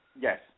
Yes